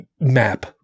map